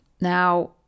Now